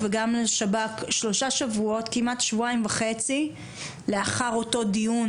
ולשב"כ כמעט שבועיים וחצי לאחר אותו דיון